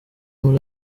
muri